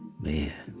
Man